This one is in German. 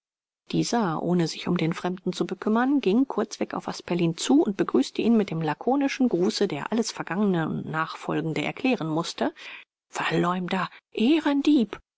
dieser ohne sich um den fremden zu bekümmern ging kurzweg auf asperlin zu und begrüßte ihn mit dem lakonischen gruße der alles vergangene und nachfolgende erklären mußte verleumder ehrendieb